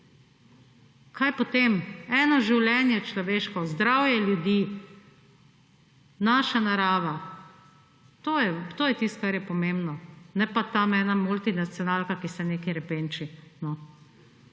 Kaj potem? Eno življenje človeško, zdravje ljudi, naša narava; to je tisto, kar je pomembno, ne pa tam ena multinacionalka, ki se nekaj repenči,